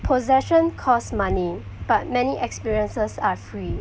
possession cost money but many experiences are free